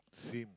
same